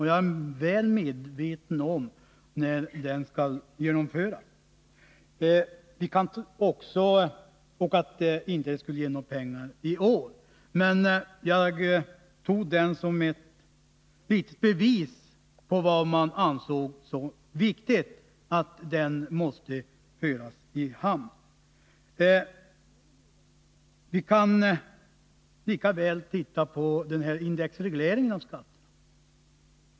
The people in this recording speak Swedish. Jag vet mycket väl när den skall genomföras och att en annan politik därvidlag inte skulle ge några pengar i år, men jag tog skatteöverenskommelsen som ett bevis på vad man anser vara viktigt. Vi kan lika gärna titta på den här indexregleringen.